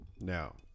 Now